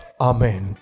Amen